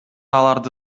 аларды